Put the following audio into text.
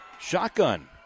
Shotgun